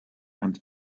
and